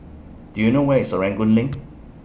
Do YOU know Where IS Serangoon LINK